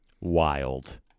Wild